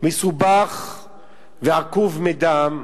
מסובך ועקוב מדם,